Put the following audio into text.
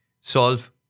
solve